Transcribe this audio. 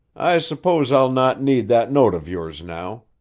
i suppose i'll not need that note of yours now.